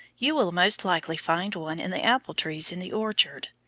you will most likely find one in the apple trees in the orchard.